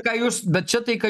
ką jūs bet čia tai ką